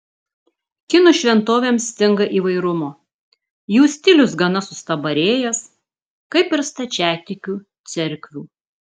kinų šventovėms stinga įvairumo jų stilius gana sustabarėjęs kaip ir stačiatikių cerkvių